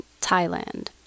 Thailand